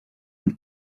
and